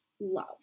love